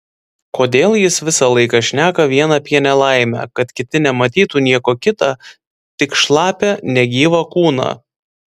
kodėl jis visą laiką šneka vien apie nelaimę kad kiti nematytų nieko kita tik šlapią negyvą kūną